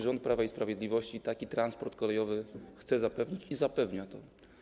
Rząd Prawa i Sprawiedliwości taki transport kolejowy chce zapewnić i zapewnia to.